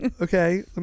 Okay